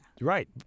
Right